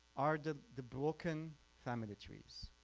are the the broken family trees.